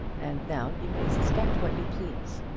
and now you may suspect what you please.